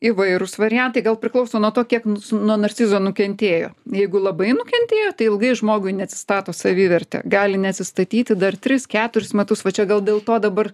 įvairūs variantai gal priklauso nuo to kiek nuo narcizo nukentėjo jeigu labai nukentėjo tai ilgai žmogui neatsistato savivertė gali neatsistatyti dar tris keturis metus va čia gal dėl to dabar